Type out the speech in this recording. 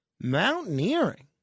Mountaineering